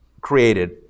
created